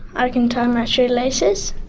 i can tie my shoelaces.